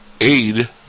aid